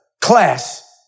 class